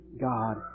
God